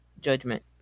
judgment